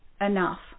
enough